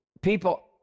People